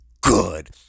good